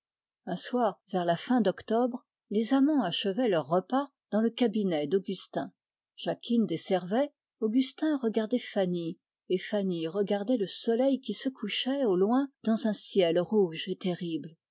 un soir vers la fin d'octobre les amants achevaient leur repas jacquine desservait augustin regardait fanny et fanny regardait le soleil qui se couchait au loin dans un ciel rouge et terrible